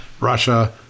Russia